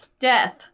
death